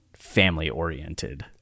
family-oriented